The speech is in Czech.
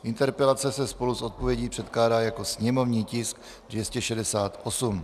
Interpelace se spolu s odpovědí předkládá jako sněmovní tisk 268.